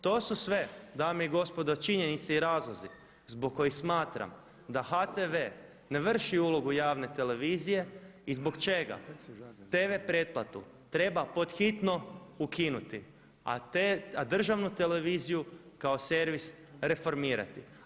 To su sve dame i gospodo činjenice i razlozi zbog kojih smatram da HTV ne vrši ulogu javne televizije i zbog čega tv pretplatu treba pod hitno ukinuti a državnu televiziju kao servis reformirati.